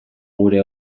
gure